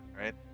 right